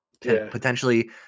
potentially